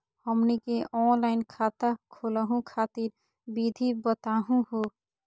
हमनी के ऑनलाइन खाता खोलहु खातिर विधि बताहु हो?